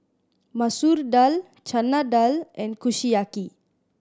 Masoor Dal Chana Dal and Kushiyaki